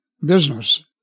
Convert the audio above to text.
business